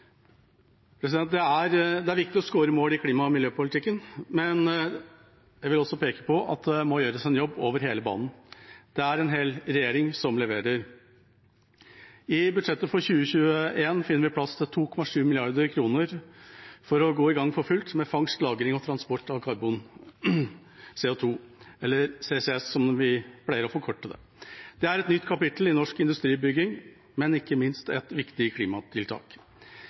Det er viktig å score mål i klima- og miljøpolitikken, men jeg vil også peke på at det må gjøres en jobb over hele banen. Det er en hel regjering som leverer. I budsjettet for 2021 finner vi plass til 2,7 mrd. kr for å gå i gang for fullt med fangst, lagring og transport av karbon/CO 2 , eller CCS, som vi pleier å forkorte det. Det er et nytt kapittel i norsk industribygging, men ikke minst et viktig klimatiltak.